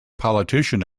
politician